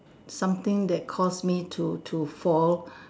something that cause me to to fall